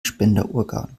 spenderorgan